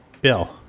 Bill